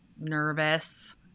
nervous